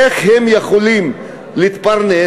איך הם יכולים להתפרנס,